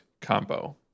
Combo